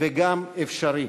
וגם אפשרי.